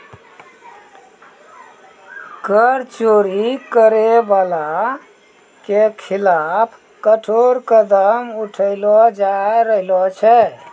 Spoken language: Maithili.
कर चोरी करै बाला के खिलाफ कठोर कदम उठैलो जाय रहलो छै